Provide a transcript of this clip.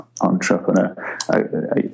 entrepreneur